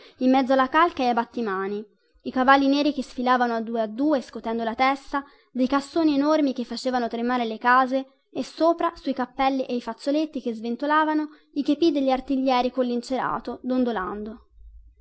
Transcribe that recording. in mezzo alla calca e ai battimani i cavalli neri che sfilavano a due a due scotendo la testa dei cassoni enormi che facevano tremare le case e sopra sui cappelli e i fazzoletti che sventolavano i chepì degli artiglieri collincerato dondolando